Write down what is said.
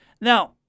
Now